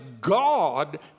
God